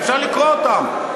כך שאפשר לקרוא אותם.